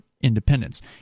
independence